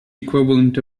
equivalent